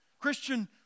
Christian